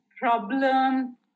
Problem